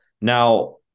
Now